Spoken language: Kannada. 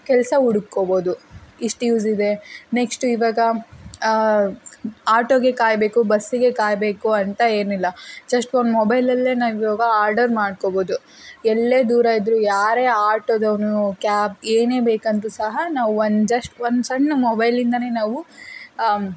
ಕೆಲಸ ಹುಡುಕ್ಕೊಳ್ಬೋದು ಇಷ್ಟು ಯೂಸಿದೆ ನೆಕ್ಸ್ಟು ಇವಾಗ ಆಟೋಗೆ ಕಾಯಬೇಕು ಬಸ್ಸಿಗೆ ಕಾಯಬೇಕು ಅಂತ ಏನಿಲ್ಲ ಜಸ್ಟ್ ಒಂದು ಮೊಬೈಲಲ್ಲೇ ನಾವು ಇವಾಗ ಆರ್ಡರ್ ಮಾಡ್ಕೋಬೋದು ಎಲ್ಲೇ ದೂರ ಇದ್ದರೂ ಯಾರೇ ಆಟೋದವನು ಕ್ಯಾಬ್ ಏನೇ ಬೇಕಂದ್ರೂ ಸಹ ನಾವು ಒಂದು ಜಶ್ಟ್ ಒಂದು ಸಣ್ಣ ಮೊಬೈಲಿಂದನೇ ನಾವು